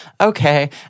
okay